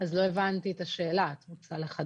אז לא הבנתי את השאלה, את רוצה לחדד?